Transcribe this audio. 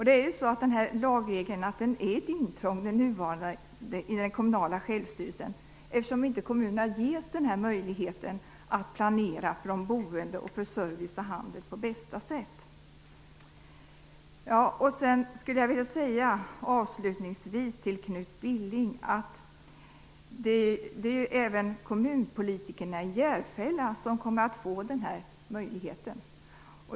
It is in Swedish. Den nuvarande lagregeln är ett intrång i den kommunala självstyrelsen, eftersom kommunerna inte ges möjligheten att planera för de boende och för service och handel på bästa sätt. Avslutningsvis skulle jag vilja säga till Knut Billing att även kommunpolitikerna i Järfälla kommer att få den här möjligheten.